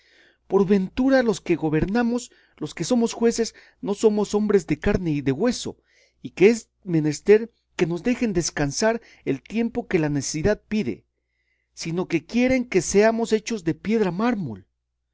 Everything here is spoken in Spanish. por ventura los que gobernamos los que somos jueces no somos hombres de carne y de hueso y que es menester que nos dejen descansar el tiempo que la necesidad pide sino que quieren que seamos hechos de piedra marmol